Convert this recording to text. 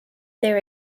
their